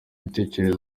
ibitekerezo